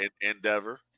Endeavor